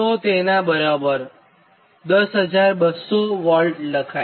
તો તેનાં બરાબર 10200 વોલ્ટ લખાય